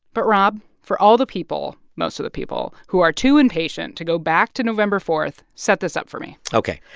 but, rob, for all the people most of the people who are too impatient to go back to november four, set this up for me ok.